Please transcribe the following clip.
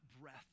breath